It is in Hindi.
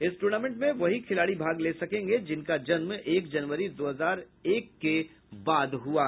इस टूर्नामेंट में वही खिलाड़ी भाग ले सकेंगे जिनका जन्म एक जनवरी दो हजार एक के बाद हुआ हो